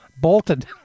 bolted